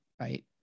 Right